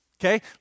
Okay